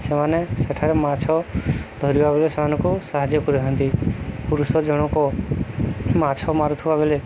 ସେମାନେ ସେଠାରେ ମାଛ ଧରିବା ବେଳେ ସେମାନଙ୍କୁ ସାହାଯ୍ୟ କରିଥାନ୍ତି ପୁରୁଷ ଜଣଙ୍କ ମାଛ ମାରୁଥିବା ବେଳେ